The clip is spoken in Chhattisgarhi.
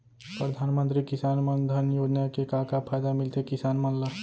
परधानमंतरी किसान मन धन योजना के का का फायदा मिलथे किसान मन ला?